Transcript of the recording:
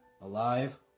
Alive